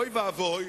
אוי ואבוי,